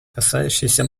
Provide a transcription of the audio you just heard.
касающейся